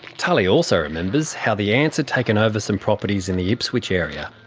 tully also remembers how the ants had taken over some properties in the ipswich area.